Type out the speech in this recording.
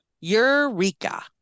Eureka